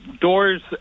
doors